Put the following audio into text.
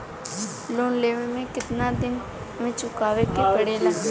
Loan लेवे के कितना दिन मे चुकावे के पड़ेला?